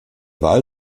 wahl